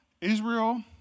Israel